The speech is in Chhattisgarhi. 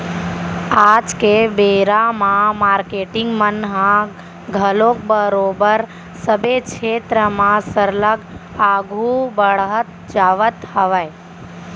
आज के बेरा म मारकेटिंग मन ह घलोक बरोबर सबे छेत्र म सरलग आघू बड़हत जावत हावय